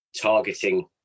targeting